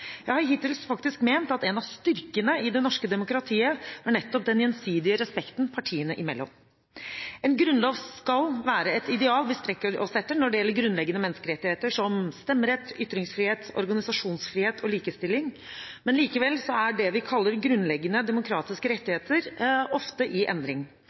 Jeg har hittil faktisk ment at en av styrkene i det norske demokratiet nettopp er den gjensidige respekten partiene imellom. En grunnlov skal være et ideal vi strekker oss etter når det gjelder grunnleggende menneskerettigheter som stemmerett, ytringsfrihet, organisasjonsfrihet og likestilling. Likevel er det vi kaller grunnleggende demokratiske rettigheter, ofte i endring.